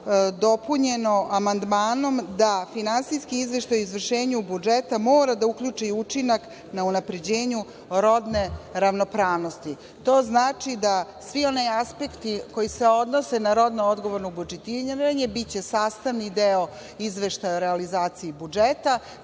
dopunjeno amandmanom finansijski izveštaj da izvršenje budžeta mora da uključi učinak na unapređenju rodne ravnopravnosti. To znači da svi oni aspekti koji se odnose na rodno odgovorno budžetiranje biće sastavni deo izveštaja o realizaciji budžeta.